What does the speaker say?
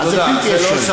אז זה בלתי אפשרי.